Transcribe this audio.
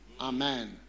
amen